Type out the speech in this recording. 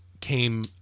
came